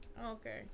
Okay